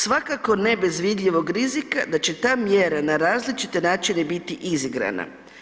Svakako ne bez vidljivog rizika da će ta mjera na različite načine biti izigrana.